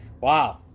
Wow